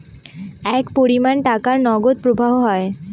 এক পরিমান টাকার নগদ প্রবাহ হয়